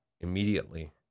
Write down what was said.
immediately